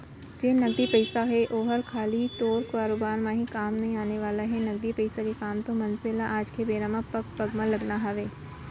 जेन नगदी पइसा हे ओहर खाली तोर कारोबार म ही काम नइ आने वाला हे, नगदी पइसा के काम तो मनसे ल आज के बेरा म पग पग म लगना हवय